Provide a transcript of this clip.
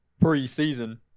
pre-season